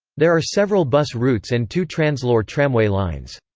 there are several bus routes and two translohr tramway lines.